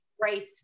great